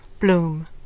Bloom